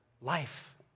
life